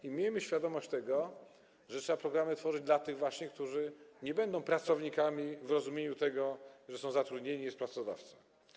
I miejmy świadomość tego, że trzeba programy tworzyć dla tych właśnie, którzy nie będą pracownikami w rozumieniu takim, że są zatrudnieni, że jest pracodawca.